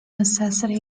necessity